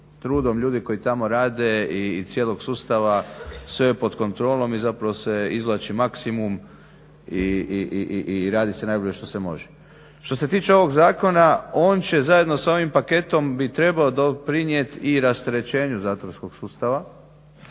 trudom ljudi koji tamo rade i cijelog sustava sve je pod kontrolom i zapravo se izvlači maksimum i radi se najbolje što se može. Što se tiče ovog zakona on će zajedno sa ovim paketom bi trebao doprinijet i rasterećenju zatvorskog sustava.